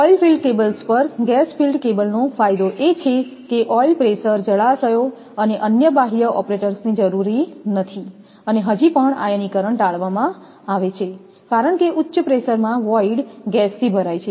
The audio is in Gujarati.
ઓઇલ ફિલ્ડ કેબલ્સ પર ગેસફિલ્ડ કેબલનો ફાયદો એ છે કે ઓઇલ પ્રેશર જળાશયો અને અન્ય બાહ્ય ઓપરેટર્સ જરૂરી નથી અને હજી પણ આયનીકરણ ટાળવામાં આવે છે કારણ કે ઉચ્ચ પ્રેશરમાં વોઈડ ગેસથી ભરાય છે